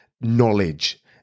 knowledge